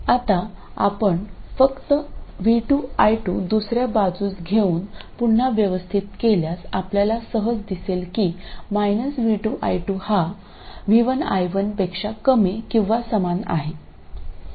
आता आपण फक्त v2 i2 दुसर्या बाजूस घेऊन पुन्हा व्यवस्थित केल्यास आपल्याला सहज दिसेल की v2 i2हा v1 i1पेक्षा कमी किंवा समान आहे